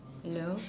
hello